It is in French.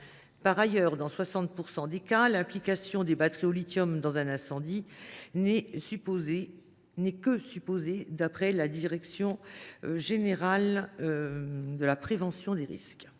Par ailleurs, dans 60 % des cas, l’implication des batteries au lithium dans un incendie n’est que supposée, d’après la direction générale de la prévention des risques